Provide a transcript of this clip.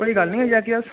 कोई गल्ल नी आई जाह्गे अस